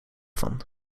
van